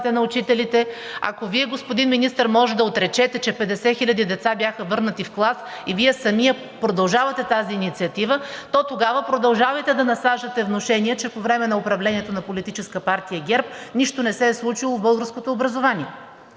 на учителите, ако Вие, господин Министър, можете да отречете, че 50 хиляди деца бяха върнати в клас и Вие самият продължавате тази инициатива, то тогава продължавайте да насаждате внушения, че по време на управлението на Политическа партия ГЕРБ нищо не се е случило в българското образование.